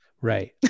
Right